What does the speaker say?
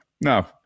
no